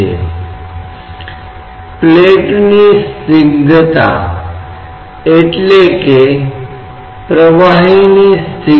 तो हम कहते हैं कि इस द्रव तत्व के आयाम हैं याद रखें कि यह द्रव तत्व स्थिर है